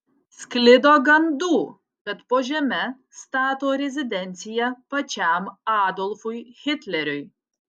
sklido gandų kad po žeme stato rezidenciją pačiam adolfui hitleriui